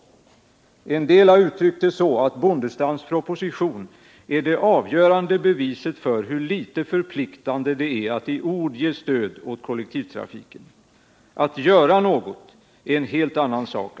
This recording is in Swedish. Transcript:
En del har uttryckt det så, att Bondestams proposition är det avgörande beviset för hur lite förpliktande det är att i ord ge stöd åt kollektivtrafiken. Att göra något är en helt annan sak.